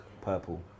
purple